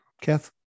Kath